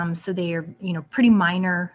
um so they are you know pretty minor